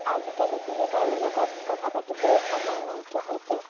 আজিকালি কোনো কাৰো লগত কথা পাতিবলৈও সময় নাইকীয়া হৈছে